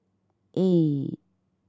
eight